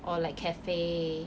or like cafe